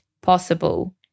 possible